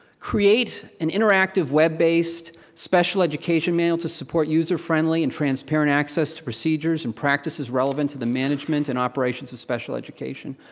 create an interactive, web-based special education ah to support user friendly and transparent access to procedures and practices relevant to the management and operations of special education.